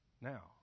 Now